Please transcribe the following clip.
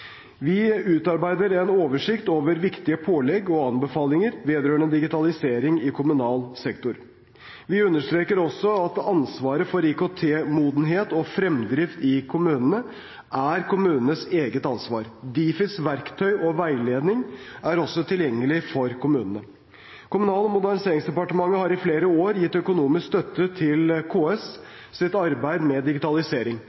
Vi utarbeider en oversikt over viktige pålegg og anbefalinger vedrørende digitalisering i kommunal sektor. Vi understreker også at ansvaret for IKT-modenhet og fremdrift i kommunene er kommunenes eget ansvar. Difis verktøy og veiledning er også tilgjengelig for kommunene. Kommunal- og moderniseringsdepartementet har i flere år gitt økonomisk støtte til